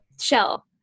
shell